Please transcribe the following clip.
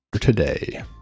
Today